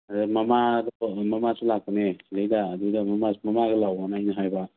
ꯑꯗ ꯃꯃꯥꯁꯨ ꯂꯥꯛꯄꯅꯦ ꯁꯤꯗꯩꯗ ꯑꯗꯨꯗ ꯃꯃꯥꯒ ꯂꯥꯛꯑꯣꯅ ꯑꯩꯅ ꯍꯥꯏꯕ